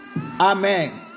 Amen